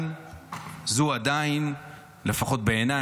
לפחות בעיניי,